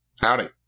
Howdy